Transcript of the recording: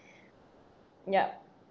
yup